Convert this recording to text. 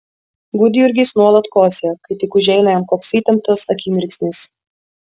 gudjurgis nuolat kosėja kai tik užeina jam koks įtemptas akimirksnis